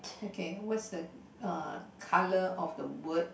okay what's the uh colour of the word